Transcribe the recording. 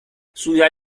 sulla